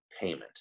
payment